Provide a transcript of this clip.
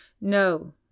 No